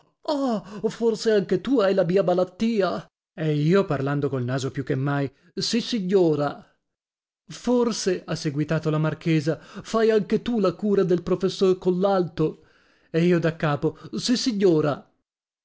detto ah forse anche tu hai la mia malattia e io parlando col naso più che mai sissignora forse ha seguitato la marchesa fai anche tu la cura del professor collalto e io daccapo sissignora